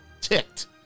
ticked